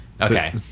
Okay